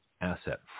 asset